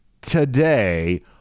today